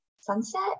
sunset